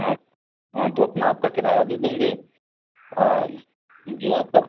हाँ हाँ तो अपना आपका किराया दे देंगे और जो आपका